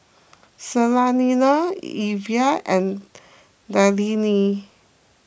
Salina Elvie and Darlene